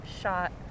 shot